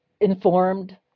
informed